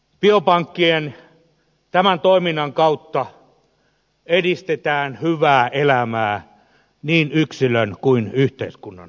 biopankkien toiminnan kautta edistetään hyvää elämää niin yksilön kuin yhteiskunnan kannalta